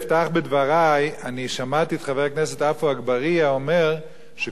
אני שמעתי את חבר הכנסת עפו אגבאריה אומר שכל הסיפור האירני